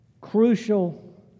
Crucial